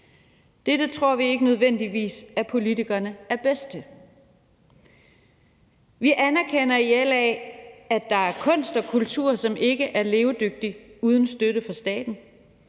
Dette tror vi ikke nødvendigvis politikerne er bedst til. Vi anerkender i LA, at der er kunst og kultur, som ikke er levedygtig uden støtte fra staten.